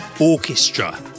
orchestra